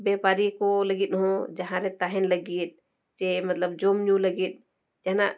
ᱵᱮᱯᱟᱨᱤᱭᱟᱹ ᱠᱚ ᱞᱟᱹᱜᱤᱫ ᱦᱚᱸ ᱡᱟᱦᱟᱸᱨᱮ ᱛᱟᱦᱮᱱ ᱞᱟᱹᱜᱤᱫ ᱥᱮ ᱢᱚᱛᱞᱚᱵᱽ ᱡᱚᱢᱼᱧᱩ ᱞᱟᱹᱜᱤᱫ ᱡᱟᱦᱟᱱᱟᱜ